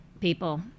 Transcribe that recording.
people